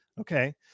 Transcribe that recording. okay